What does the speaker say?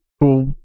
cool